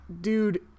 dude